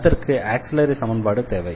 அதற்கு ஆக்ஸிலரி சமன்பாடு தேவை